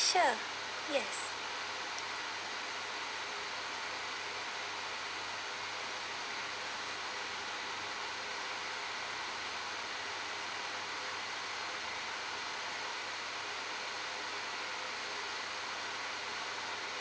sure yes